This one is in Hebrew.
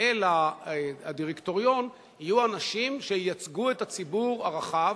אל הדירקטוריון יהיו אנשים שייצגו את הציבור הרחב,